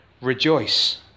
rejoice